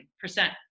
percent